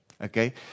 Okay